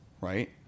right